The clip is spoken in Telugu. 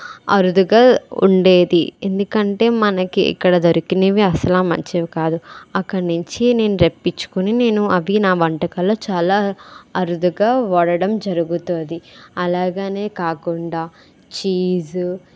అరుదుగా ఉండేది ఎందుకంటే మనకి ఇక్కడ దొరికినవి అసలు మంచివి కాదు అక్కది నుంచి నేను రప్పించుకుని నేను అవి నా వంటకాల్లో చాలా అరుదుగా వాడడం జరుగుతుంది అలాగే కాకుండా చీజ్